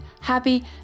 happy